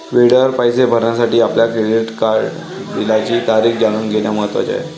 वेळेवर पैसे भरण्यासाठी आपल्या क्रेडिट कार्ड बिलाची तारीख जाणून घेणे महत्वाचे आहे